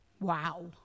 Wow